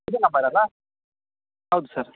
ಇದೆ ನಂಬರಲ್ಲ ಹೌದು ಸರ್